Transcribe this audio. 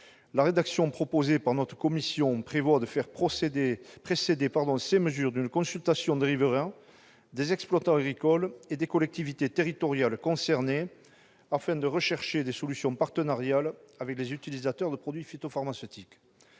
du développement durable prévoit de faire précéder ces mesures d'une consultation des riverains, des exploitants agricoles et des collectivités territoriales concernées, afin de rechercher des solutions partenariales avec des utilisateurs de produits phytopharmaceutiques.